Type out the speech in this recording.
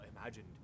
imagined